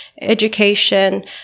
education